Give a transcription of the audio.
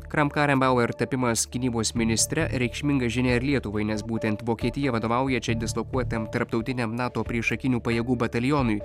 kram karenbauer tapimas gynybos ministre reikšminga žinia ir lietuvai nes būtent vokietija vadovauja čia dislokuotam tarptautiniam nato priešakinių pajėgų batalionui